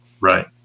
Right